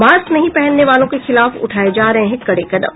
mask नहीं पहनने वालों के खिलाफ उठाये जा रहे हैं कड़े कदम